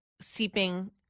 Seeping